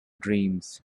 dreams